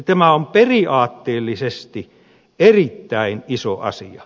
tämä on periaatteellisesti erittäin iso asia